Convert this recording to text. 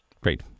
Great